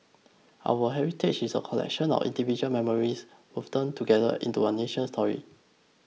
our heritage is a collection of individual memories together into a nation's story